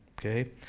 Okay